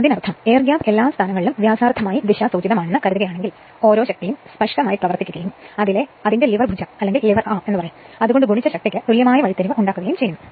അതിനർത്ഥം air gap flux എല്ലാ സ്ഥാനങ്ങളിലും വ്യാസാർദ്ധമായി ദിശാസൂചിതമാണെന്ന് കരുതുകയാണെങ്കിൽ ഓരോ ശക്തിയും സ്പഷ്ടമായി പ്രവർത്തിക്കുകയും അതിന്റെ ലിവർ ഭുജം കൊണ്ട് ഗുണിച്ച ശക്തിക്ക് തുല്യമായ വഴിത്തിരിവ് ഉണ്ടാക്കുകയും ചെയ്യുന്നു